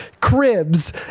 cribs